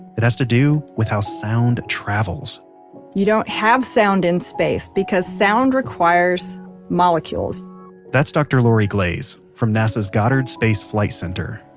it has to do with how sound travels you don't have sound in space because sound requires molecules that's dr. lori glaze, from nasa's goddard space flight center.